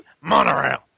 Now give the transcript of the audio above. Monorail